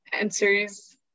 answers